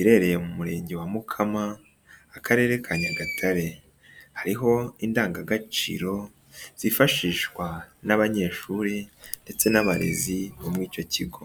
irereye mu murenge wa Mukama akarere ka Nyagatare hariho indangagaciro zifashishwa n'abanyeshuri ndetse n'abarezi bo muri icyo kigo.